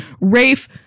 Rafe